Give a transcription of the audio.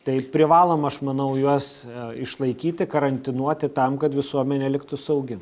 tai privaloma aš manau juos išlaikyti karantinuoti tam kad visuomenė liktų saugi